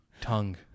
Tongue